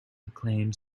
acclaimed